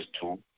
two